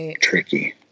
tricky